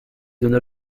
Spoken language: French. donna